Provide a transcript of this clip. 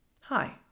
Hi